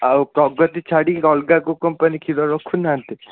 ଆଉ ପ୍ରଗତି ଛାଡ଼ିକି ଅଲଗା କେଉଁ କମ୍ପାନୀ କ୍ଷୀର ରଖୁନାହାଁନ୍ତି